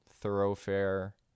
thoroughfare